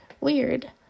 Weird